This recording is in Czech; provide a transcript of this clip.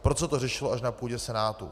Proč se to řešilo až na půdě Senátu?